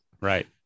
Right